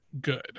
good